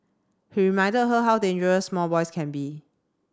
he reminded her how dangerous small boys can be